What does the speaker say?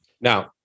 Now